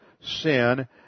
sin